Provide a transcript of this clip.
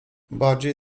bardziej